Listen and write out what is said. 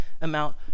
amount